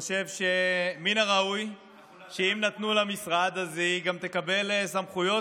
אני חושב שמן הראוי שהיא תקבל גם סמכויות,